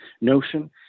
notion